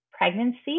pregnancy